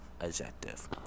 adjective